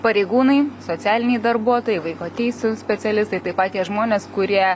pareigūnai socialiniai darbuotojai vaiko teisių specialistai taip pat tie žmonės kurie